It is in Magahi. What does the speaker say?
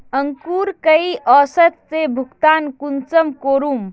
अंकूर कई औसत से भुगतान कुंसम करूम?